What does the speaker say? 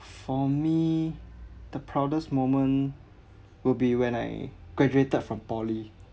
for me the proudest moment will be when I graduated from poly